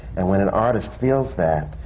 and when an artist feels that,